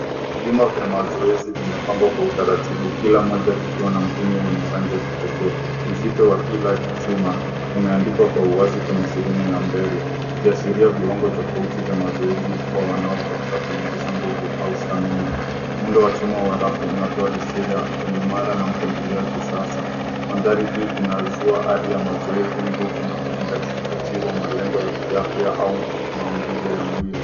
Vyuma vya mazoezi vimepangwa kwa utaratibu kila moja kikiwa na mpini wenye rangi ya kipekee. Uzito wa kila chuma umeandikwa kwa uwazi kwenye sehemu ya mbele, ukishiria viwango tofauti vya mazoezi kwa wanaotafuta kuimarisha nguvu au stamina . Muundo wa chuma wa rafu unatoa hisia ya uimara na mpangilio wa kisasa. Mandhari hii inazua ari ya mazoezi, nguvu na uzingatiaji wa malengo ya kiafya au maumbile ya mwili.